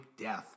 death